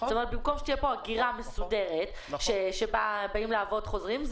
במקום שתהיה כאן הגירה מסודרת שבאים לעבוד וחוזרים,